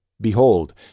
Behold